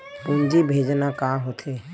पूंजी भेजना का होथे?